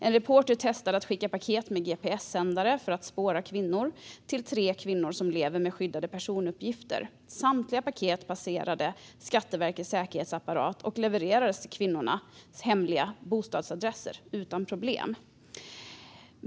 En reporter testade att skicka paket med gps-sändare för att spåra kvinnor till tre kvinnor som lever med skyddade personuppgifter. Samtliga paket passerade Skatteverkets säkerhetsapparat och levererades till kvinnornas hemliga bostadsadresser utan problem.